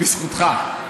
בזכותך,